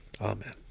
Amen